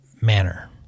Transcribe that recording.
manner